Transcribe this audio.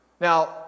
Now